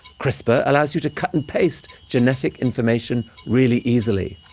crispr allows you to cut and paste genetic information really easily.